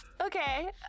okay